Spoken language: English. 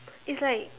it's like